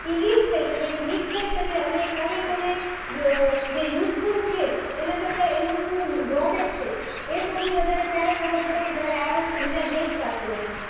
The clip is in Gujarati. એ લીક થઈ શકે ને લીક થય શકે અને કોને કોને જે યુઝફૂલ છે એના કરતાં એનું શું ડ્રૉ બેક છે એ સૌથી વધારે ક્યારે ખબર પડે કે જ્યારે આ વસ્તુ બીજા દેશ પાસે જાય છે